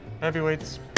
Heavyweights